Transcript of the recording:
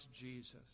Jesus